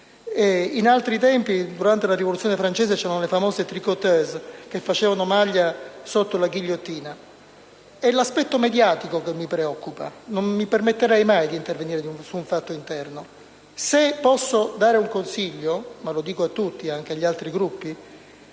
In altri tempi, durante la Rivoluzione francese, c'erano le famose *tricoteuses*, che facevano la maglia sotto la ghigliottina. È l'aspetto mediatico che mi preoccupa: non mi permetterei mai di intervenire su un fatto interno. Se posso dare un consiglio - ma lo dico a tutti, anche ai colleghi